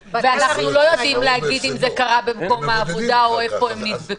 ואנחנו לא יודעים להגיד אם זה קרה במקום העבודה או איפה הם נדבקו.